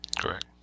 Correct